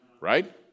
right